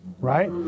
right